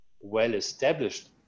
well-established